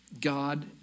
God